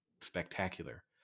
spectacular